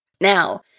Now